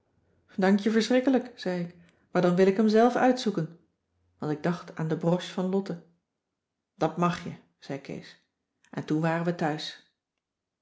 dank je verschrikkelijk zei ik maar dan wil ik hem zelf uitzoeken want ik dacht aan de broche van lotte dat mag je zei kees en toen waren we thuis